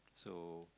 so